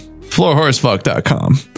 Floorhorsefuck.com